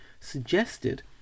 suggested